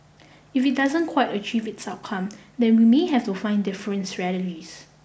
if it doesn't quite achieve its outcome then we may have to find different strategies